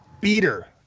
beater